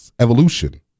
evolution